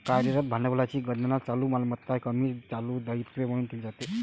कार्यरत भांडवलाची गणना चालू मालमत्ता कमी चालू दायित्वे म्हणून केली जाते